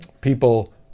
people